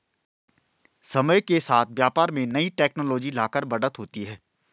समय के साथ व्यापार में नई टेक्नोलॉजी लाकर बढ़त होती है